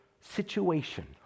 situation